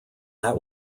that